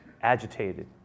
agitated